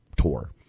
tour